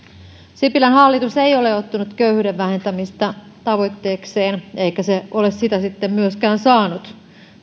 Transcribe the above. sipilän hallitus ei ole ottanut köyhyyden vähentämistä tavoitteekseen eikä se ole sitä myöskään saanut